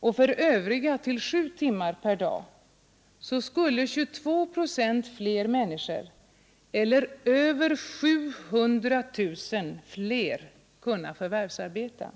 och för övriga till sju timmar per dag skulle 22 procent fler människor, eller över 700 000 fler än nu, kunna förvärvsarbeta.